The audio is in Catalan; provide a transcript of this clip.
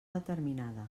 determinada